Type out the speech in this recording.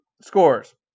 Scores